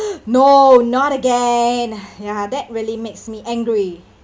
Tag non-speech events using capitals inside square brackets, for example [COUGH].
no not again ya [BREATH] that really makes me angry